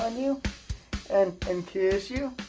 um you and and kiss you?